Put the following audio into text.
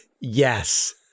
Yes